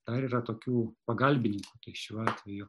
dar yra tokių pagalbininkų tai šiuo atveju